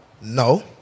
No